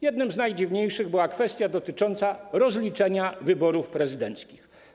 Jednym z najdziwniejszych była kwestia dotycząca rozliczenia wyborów prezydenckich.